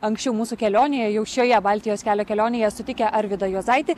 anksčiau mūsų kelionėje jau šioje baltijos kelio kelionėje sutikę arvydą juozaitį